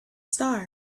star